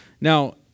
Now